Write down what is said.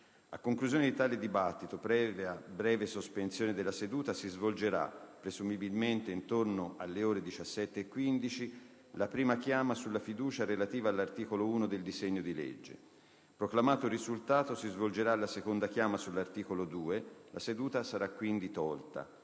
A conclusione di tale dibattito, previa breve sospensione della seduta, si svolgerà - presumibilmente intorno alle ore 17,15 - la prima chiama sulla fiducia relativa all'articolo 1 del disegno di legge. Proclamato il risultato, si svolgerà la seconda chiama sull'articolo 2. La seduta sarà quindi tolta.